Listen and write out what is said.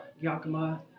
Yakima